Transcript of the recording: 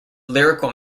lyrical